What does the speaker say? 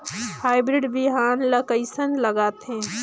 Hybrid बिहान ला कइसन लगाथे?